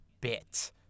bit